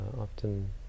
often